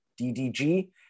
DDG